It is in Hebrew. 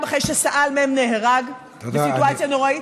אחרי שסא"ל מ' נהרג בסיטואציה נוראית.